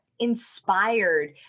inspired